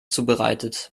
zubereitet